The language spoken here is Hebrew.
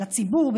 לציבור,